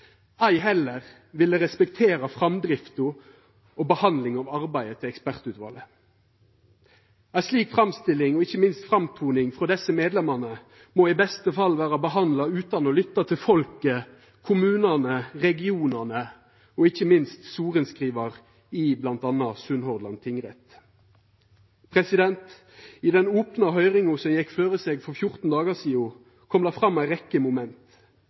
ei heller respektera framdrifta og behandlinga av arbeidet til ekspertutvalet. Ei slik framstilling og ikkje minst framtoning frå desse medlemane må i beste fall vera behandla utan å lytta til folket, kommunane, regionane og ikkje minst sorenskrivaren i bl.a. Sunnhordland tingrett. I den opne høyringa som gjekk føre seg for 14 dagar sidan, kom det fram ei rekkje moment.